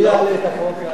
מי יעלה את החוק?